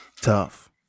Tough